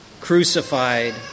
crucified